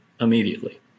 immediately